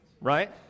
right